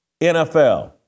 NFL